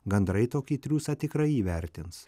gandrai tokį triūsą tikrai įvertins